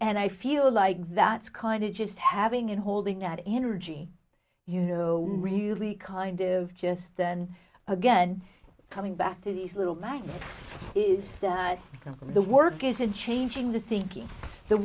and i feel like that's kind of just having it holding that energy you know really kind of just then again coming back to these little life is the work is in changing the thinking the